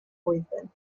blwyddyn